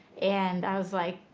and i was like,